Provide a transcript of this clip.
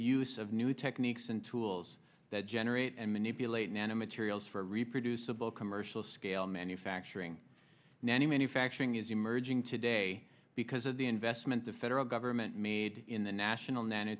use of new techniques and tools that generate and manipulate nanomaterials for reproducible commercial scale manufacturing nanny manufacturing is emerging today because of the investment the federal government made in the national nano